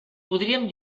podríem